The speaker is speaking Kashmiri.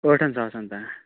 ٲٹھن ساسن تانۍ